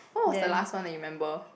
what was the last one that you remember